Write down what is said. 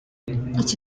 iki